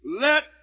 let